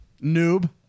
Noob